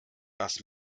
das